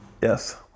Yes